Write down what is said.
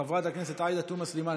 חברת הכנסת עאידה תומא סלימאן,